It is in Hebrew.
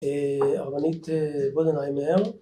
‫הרבנית בודנהיימר.